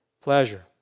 pleasure